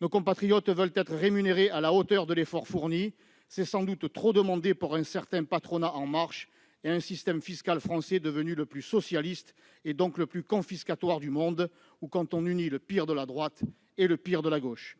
nos compatriotes souhaitent une rémunération à la hauteur de l'effort fourni. C'est sans doute trop demander pour un certain patronat « en marche » et un système fiscal français devenu le plus socialiste et, donc, le plus confiscatoire du monde. Ou quand on unit le pire de la droite et le pire de la gauche